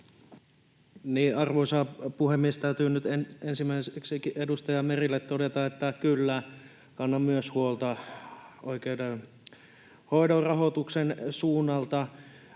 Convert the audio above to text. Arvoisa puhemies! Täytyy nyt ensimmäiseksi edustaja Merelle todeta, että kyllä, kannan myös huolta oikeudenhoidon rahoituksen suunnalta,